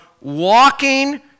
walking